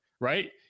right